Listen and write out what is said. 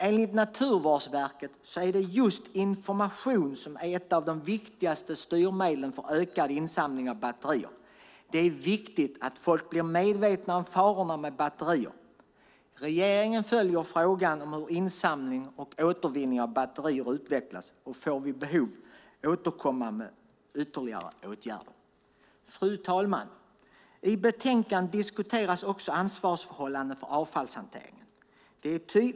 Enligt Naturvårdsverket är just information ett viktigt styrmedel för ökad insamling av batterier. Det är viktigt att folk blir medvetna om farorna med batterier. Regeringen följer frågan om hur insamling och återvinning av batterier utvecklas och får vid behov återkomma med ytterligare åtgärder. Fru talman! I betänkandet diskuteras också ansvarsförhållanden för avfallshanteringen.